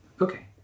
Okay